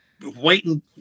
waiting